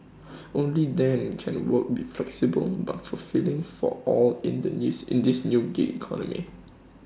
only then can work be flexible but fulfilling for all in the news in this new gig economy